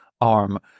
arm